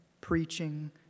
preaching